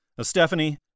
Stephanie